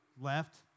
left